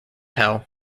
hell